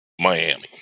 Miami